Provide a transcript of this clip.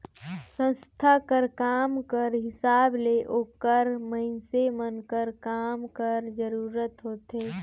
संस्था कर काम कर हिसाब ले ओकर मइनसे मन कर काम कर जरूरत होथे